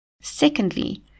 Secondly